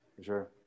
Sure